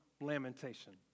lamentation